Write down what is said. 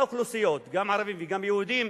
באוכלוסיות, גם ערבים וגם יהודים,